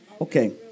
Okay